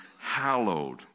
hallowed